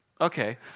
Okay